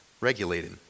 regulated